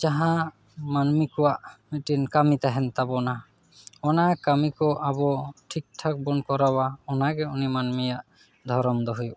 ᱡᱟᱦᱟᱸ ᱢᱟᱹᱱᱢᱤ ᱠᱚᱣᱟᱜ ᱢᱤᱫᱴᱮᱱ ᱠᱟᱹᱢᱤ ᱛᱟᱦᱮᱱ ᱛᱟᱵᱚᱱᱟ ᱚᱱᱟ ᱠᱟᱹᱢᱤ ᱠᱚ ᱟᱵᱚ ᱴᱷᱤᱠ ᱴᱷᱟᱠ ᱵᱚᱱ ᱠᱚᱨᱟᱣᱟ ᱚᱱᱟ ᱜᱮ ᱩᱱᱤ ᱢᱟᱹᱱᱢᱤᱭᱟᱜ ᱫᱷᱚᱨᱚᱢ ᱫᱚ ᱦᱩᱭᱩᱜ ᱠᱟᱱᱟ